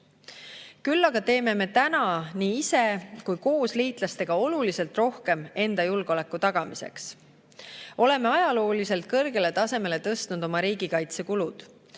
Küll aga teeme me täna nii ise kui koos liitlastega oluliselt rohkem enda julgeoleku tagamiseks. Oleme ajalooliselt kõrgele tasemele tõstnud oma riigikaitsekulud.